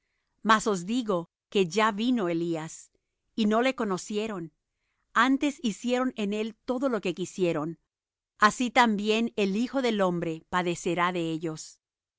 os digo que ya vino elías y no le conocieron antes hicieron en él todo lo que quisieron así también el hijo del hombre padecerá de ellos